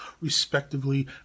respectively